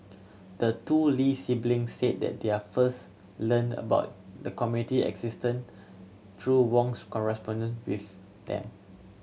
the two Lee sibling said that they are first learned about the committee existence through Wong's correspondence with them